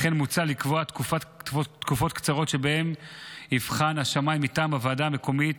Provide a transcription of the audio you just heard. לכן מוצע לקבוע תקופות קצרות שבהן יבחן השמאי מטעם הוועדה המקומית